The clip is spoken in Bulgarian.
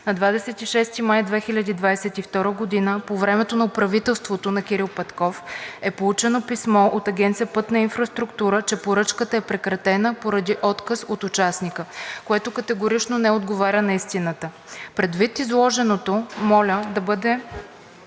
На 26 май 2022 г., по времето на правителството на Кирил Петков, е получено писмо от Агенция „Пътна инфраструктура“, че поръчката е прекратена поради отказ от участника, което категорично не отговаря на истината. Предвид изложеното, моля да бъде